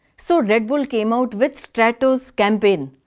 so red bull came out with stratos campaign.